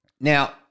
Now